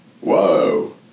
whoa